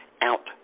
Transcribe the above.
out